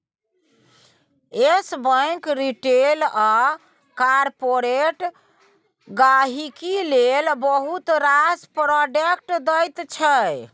yes Bank retail आ corporate गांहिकी लेल बहुत रास प्रोडक्ट दैत छै